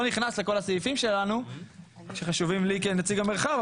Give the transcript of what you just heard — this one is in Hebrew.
נכנס לכל הסעיפים שלנו שחשובים לי כנציג המרחב,